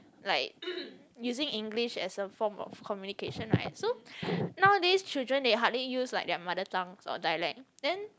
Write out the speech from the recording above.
like using English as a form of communication right so nowadays children they hardly use like their mother tongue or dialect then